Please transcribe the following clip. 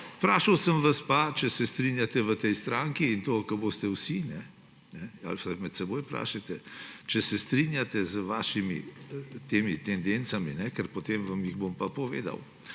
Vprašal sem vas pa, če se strinjate v tej stranki – in ko boste vsi, se med seboj vprašajte, če se strinjate – z vašimi tendencami. Ker potem vam jih bom pa povedal;